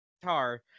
guitar